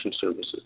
services